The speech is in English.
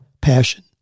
passion